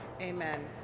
Amen